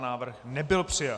Návrh nebyl přijat.